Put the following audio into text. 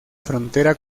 frontera